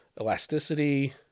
elasticity